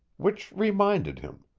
which reminded him